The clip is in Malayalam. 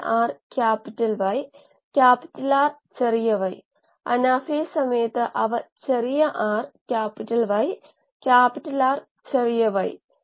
C ഇത് ഇംപെല്ലറിന്റെ അടിയിൽ നിന്ന് അഥവാ ടാങ്കിന്റെ അടിയിൽ നിന്ന് ഇംപെല്ലർ മധ്യത്തിലേക്ക് വ്യാസത്തിലേക്കുള്ള ദൂരം ഈ അനുപാതം 1 ഹരിക്കണം 3 ആയിരിക്കണം